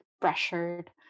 pressured